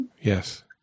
Yes